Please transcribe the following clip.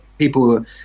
people